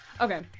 Okay